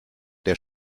der